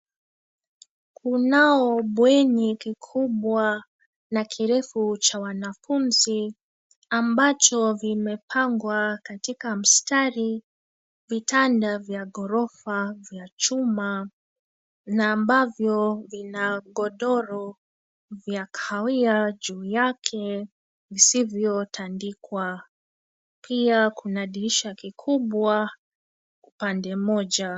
Kunao bweni kikubwa na kirefu cha wanafunzi ambacho vimepangwa katika mstari . Vitanda vya ghorofa vya chuma na ambavyo vina godoro vya kahawia juu yake vizivyotandikwa. Pia kuna dirisha kikubwa upande mmoja.